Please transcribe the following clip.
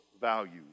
values